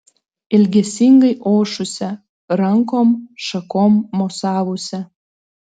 ilgesingai ošusia rankom šakom mosavusia